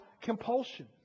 compulsion